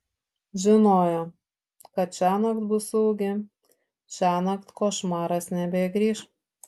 žinojo kad šiąnakt bus saugi šiąnakt košmaras nebegrįš